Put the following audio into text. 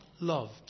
loved